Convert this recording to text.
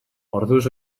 orduz